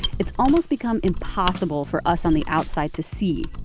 it's almost become impossible for us on the outside to see.